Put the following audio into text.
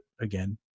again